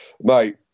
Mate